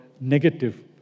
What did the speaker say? negative